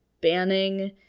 banning